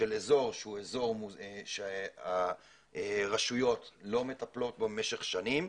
של אזור שהוא אזור שהרשויות לא מטפלות בו במשך שנים.